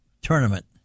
tournament